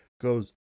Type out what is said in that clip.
goes